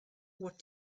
what